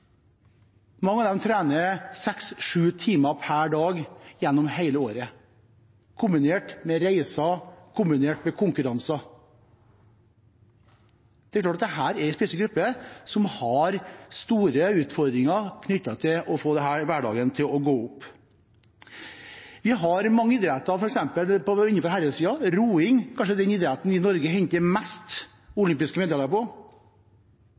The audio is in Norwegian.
Mange av dem trener seks–sju timer per dag gjennom hele året, kombinert med reiser og konkurranser. Det er klart at dette er en spesiell gruppe, som har store utfordringer med å få hverdagen til å gå opp. Vi har mange idretter, f.eks. på herresiden – roing er kanskje den idretten der Norge henter flest olympiske medaljer.